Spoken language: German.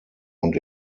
und